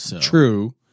True